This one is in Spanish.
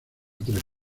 tres